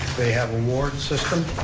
they have a ward system,